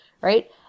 right